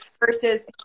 versus